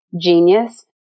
genius